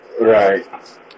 Right